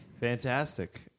Fantastic